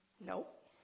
Nope